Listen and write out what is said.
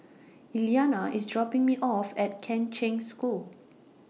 Elliana IS dropping Me off At Kheng Cheng School